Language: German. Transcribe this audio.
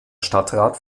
stadtrat